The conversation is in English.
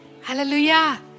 Hallelujah